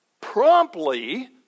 promptly